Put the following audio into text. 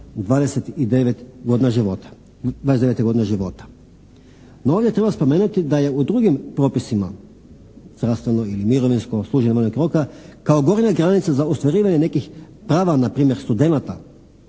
godine života. No, ovdje treba spomenuti da je u drugim propisima zdravstveno i mirovinsko …/Govornik se ne razumije./… roka kao gornja granica za ostvarivanje nekih prava na primjer studenata.